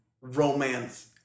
romance